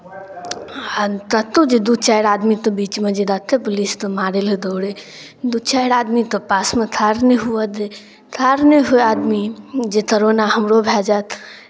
आ ततहु जे दू चारि आदमीते बीचमे जे देखय पुलिस तऽ मारय लेल दौड़ै दू चारि आदमीते पासमे थाढ़ नहि हुअ दै ठाढ़ नहि होए आदमी जे तरोना हमरो भए जायत